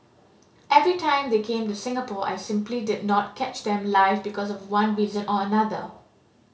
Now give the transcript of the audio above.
every time they came to Singapore I simply did not catch them live because of one reason or another